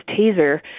taser